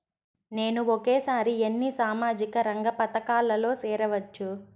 నేను ఒకేసారి ఎన్ని సామాజిక రంగ పథకాలలో సేరవచ్చు?